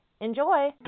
Enjoy